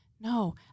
No